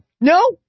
no